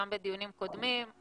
גם בדיונים קודמים,